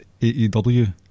AEW